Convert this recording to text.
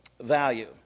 value